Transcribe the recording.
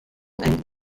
and